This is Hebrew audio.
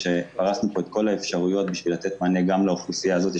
פרשנו כאן את כל האפשרויות בשביל לתת מענה גם לאוכלוסייה הזאת.